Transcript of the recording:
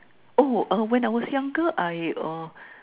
oh err when I was younger I err